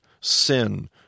sin